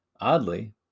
Oddly